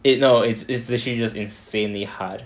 it no it's it's actually just insanely hard